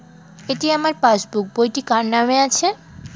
এটি আমার পাসবুক বইটি কার নামে আছে?